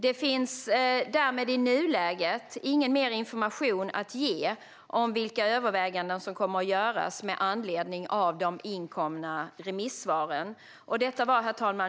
Det finns därmed i nuläget ingen mer information att ge om vilka överväganden som kommer att göras med anledning av de inkomna remissvaren.